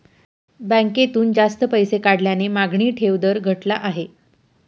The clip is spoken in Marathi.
बँकेतून जास्त पैसे काढल्याने मागणी ठेव दर घटला आहे